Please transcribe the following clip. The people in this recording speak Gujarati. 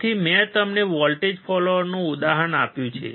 તેથી મેં તમને વોલ્ટેજ ફોલોઅરનું ઉદાહરણ આપ્યું છે